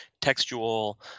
textual